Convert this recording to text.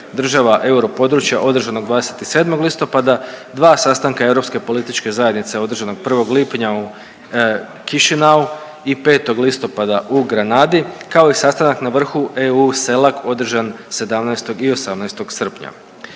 država europodručja održanog 27. listopada, dva sastanka Europske političke zajednice održanog 1. lipnja u Kišinjevu i 5. listopada u Granadi, kao i sastanak na vrhu EU CELAC održan 17. i 18. srpnja.